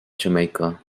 jamaica